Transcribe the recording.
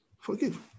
Forgive